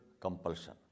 compulsion